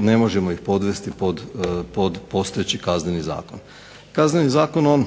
ne možemo podvesti pod postojeći Kazneni zakon. Kaznenim zakonom